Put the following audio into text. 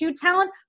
talent